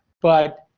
but,